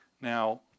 Now